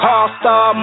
All-Star